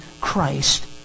Christ